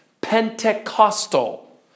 Pentecostal